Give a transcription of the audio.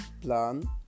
plan